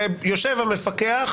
ויושב המפקח,